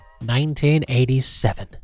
1987